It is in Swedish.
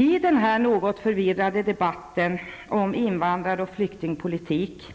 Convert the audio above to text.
I den något förvirrade debatten om invandrar och flyktingpolitik